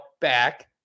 back